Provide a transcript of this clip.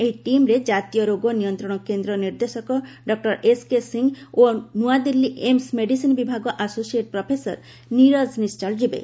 ଏହି ଟିମ୍ରେ ଜାତୀୟ ରୋଗ ନିୟନ୍ତ୍ରଣ କେନ୍ଦ୍ର ନିର୍ଦ୍ଦେଶକ ଡକ୍ଟର ଏସ୍କେ ସିଂ ଓ ନ୍ନଆଦିଲ୍ଲୀ ଏମ୍ସ ମେଡିସିନ୍ ବିଭାଗ ଆସୋସିଏଟ ପ୍ରଫେସର ନିରଜ ନିଶ୍ଚଳ ଯିବେ